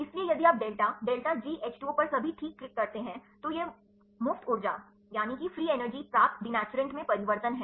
इसलिए यदि आप डेल्टा डेल्टा GH 2 O पर सभी ठीक क्लिक करते हैं तो यह मुफ्त ऊर्जा प्राप्त दिनैचुरैंट में परिवर्तन है